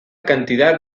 cantidad